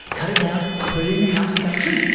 cut it down, put it in your house, you've got a tree!